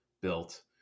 built